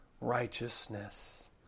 righteousness